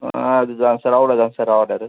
அது தான் சார் அவ்வளோ தான் சார் ஆர்டரு